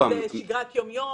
זה שגרת יום-יום?